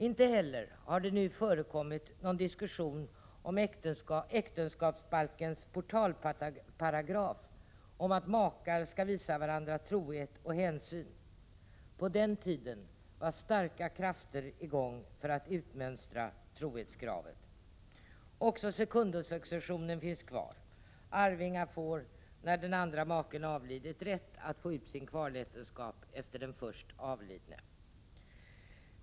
Inte heller har det nu förekommit någon diskussion om äktenskapsbalkens portalparagraf om att makar skall visa varandra trohet och hänsyn. På den tiden var starka krafter i gång för att utmönstra trohetskravet. Också sekundosuccessionen finns kvar. Arvingar får, när den andra maken avlidit, rätt att få ut sin kvarlåtenskap efter den först avlidne.